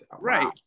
right